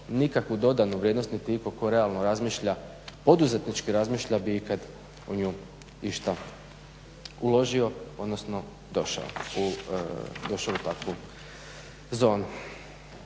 nikakvu dodanu vrijednost niti itko tko realno poduzetnički razmišlja bi ikad u nju išta uložio odnosno došao u takvu zonu.